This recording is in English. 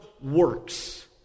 works